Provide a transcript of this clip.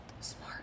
Smart